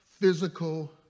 physical